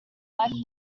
like